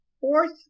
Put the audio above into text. fourth